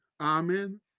Amen